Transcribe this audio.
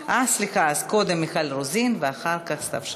סליחה, קודם מיכל רוזין, ואחר כך סתיו שפיר.